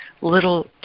little